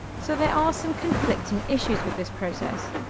so there are some conflicting issues with this process.